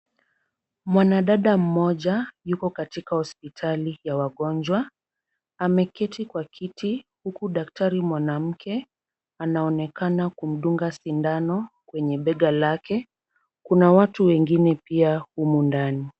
Mwanadada mmoja yuko katika hospitali ya wagonjwa. Ameketi kwa kiti huku daktari mwanamke anaonekana kumdunga sindano kwenye bega lake. Kuna watu wengine pia humu ndani.